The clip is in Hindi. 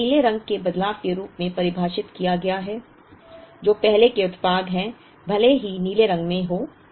इसे पीले रंग के बदलाव के रूप में परिभाषित किया गया है जो पहले के उत्पाद है भले ही नीले रंग में हो